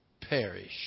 perish